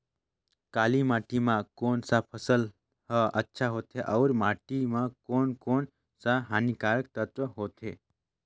काली माटी मां कोन सा फसल ह अच्छा होथे अउर माटी म कोन कोन स हानिकारक तत्व होथे?